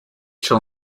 shall